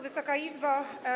Wysoka Izbo!